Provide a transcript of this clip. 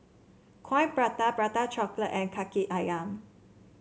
Coin Prata Prata Chocolate and kaki ayam